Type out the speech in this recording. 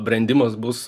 brendimas bus